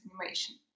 animation